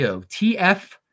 tf